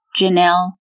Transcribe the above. Janelle